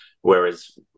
whereas